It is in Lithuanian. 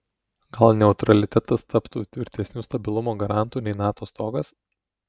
gal neutralitetas taptų tvirtesniu stabilumo garantu nei nato stogas